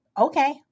Okay